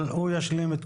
אבל הוא ישלים.